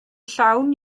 llawn